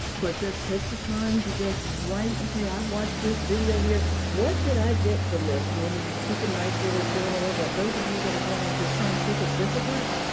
but, just take the time to just write. okay, i watched this video here, what did i get from this? and and and you keep a nice little journal of it. those of you that are going into scientific disciplines,